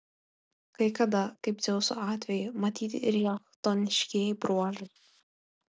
kai kada kaip dzeuso atveju matyti ir jo chtoniškieji bruožai